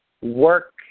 work